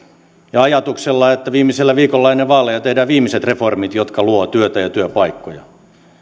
ja ajatuksella että viimeisellä viikolla ennen vaaleja tehdään viimeiset reformit jotka luovat työtä ja työpaikkoja